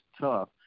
tough